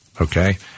okay